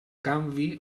canvi